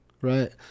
right